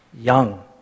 young